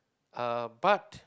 uh but